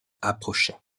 approchait